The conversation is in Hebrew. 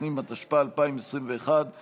בצירוף קולו של סגן השר קיש,